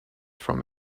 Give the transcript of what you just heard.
from